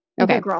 okay